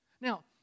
Now